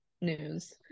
news